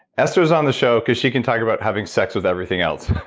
esther is on the show because she can tell you about having sex with everything else.